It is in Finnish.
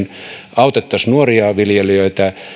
autettaisiin nuoria viljelijöitä